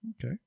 Okay